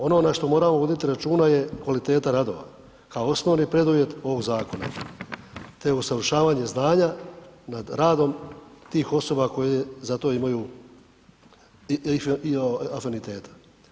Ono na što moramo vodit računa je kvaliteta radova, kao osnovni preduvjet ovog zakona, te usavršavanje znanja nad radom tih osoba koje za to imaju afiniteta.